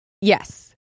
Yes